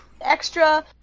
extra